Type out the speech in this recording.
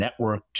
networked